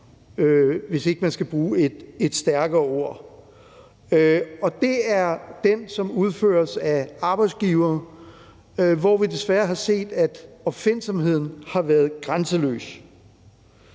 hvis ikke man skal bruge et stærkere ord – og det er den, som udføres af arbejdsgivere, hvor vi desværre har set, at opfindsomheden har været grænseløs.